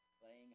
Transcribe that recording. Playing